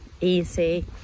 easy